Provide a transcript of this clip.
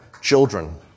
Children